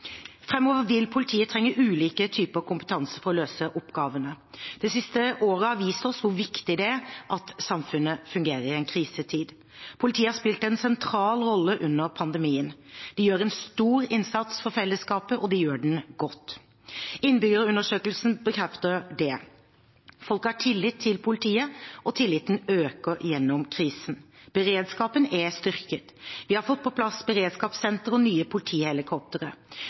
vil politiet trenge ulike typer kompetanse for å løse oppgavene. Det siste året har vist oss hvor viktig det er at samfunnet fungerer i en krisetid. Politiet har spilt en sentral rolle under pandemien. De gjør en stor innsats for fellesskapet, og de gjør den godt. Innbyggerundersøkelsen bekrefter det. Folk har tillit til politiet, og tilliten har økt gjennom krisen. Beredskapen er styrket. Vi har fått på plass beredskapssenter og nye politihelikoptre